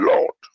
Lord